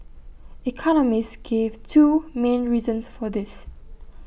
economists gave two main reasons for this